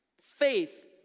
Faith